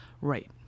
Right